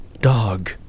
dog